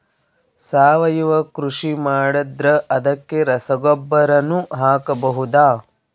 ಸಾವಯವ ಕೃಷಿ ಮಾಡದ್ರ ಅದಕ್ಕೆ ರಸಗೊಬ್ಬರನು ಹಾಕಬಹುದಾ?